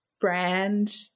brand